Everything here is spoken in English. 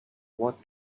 what